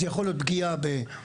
זו יכולה להיות פגיעה בסביבה,